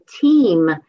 team